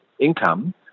income